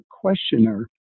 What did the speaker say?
questioner